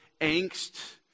angst